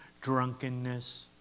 drunkenness